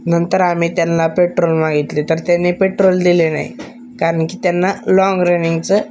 नंतर आम्ही त्यांना पेट्रोल मागितले तर त्यांनी पेट्रोल दिले नाही कारण की त्यांना लाँग रनिंगचं